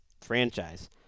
franchise